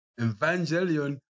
evangelion